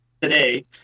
today